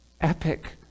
epic